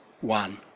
One